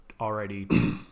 already